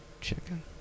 Chicken